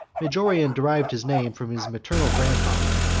majorian derived his name from his maternal grandfather,